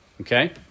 okay